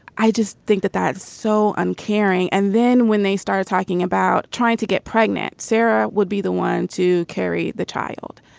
i just think that that's so uncaring. and then when they start talking about trying to get pregnant sarah would be the one to carry the child.